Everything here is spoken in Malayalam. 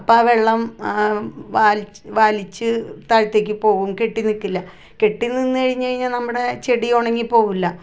അപ്പം ആ വെള്ളം വലിച്ചു വലിച്ച് താഴത്തേക്ക് പോകും കെട്ടി നിൽക്കില്ല കെട്ടി നിന്ന് കഴിഞ്ഞ് കഴിഞ്ഞാൽ നമ്മുടെ ചെടി ഉണങ്ങി പോവില്ല